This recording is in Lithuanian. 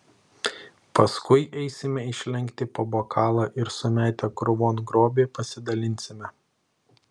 paskui eisime išlenkti po bokalą ir sumetę krūvon grobį pasidalinsime